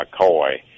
McCoy